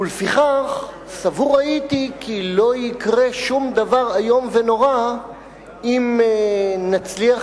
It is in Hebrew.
ולפיכך סבור הייתי כי לא יקרה שום דבר איום ונורא אם נצליח